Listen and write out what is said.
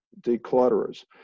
declutterers